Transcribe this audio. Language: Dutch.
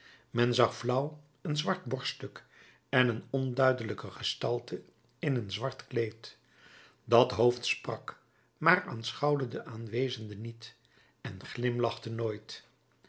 men zag flauw een zwart borststuk en een onduidelijke gestalte in een zwart kleed dat hoofd sprak maar aanschouwde den aanwezende niet en glimlachte nooit